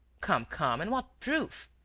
come, come! and what proof?